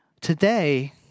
Today